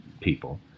people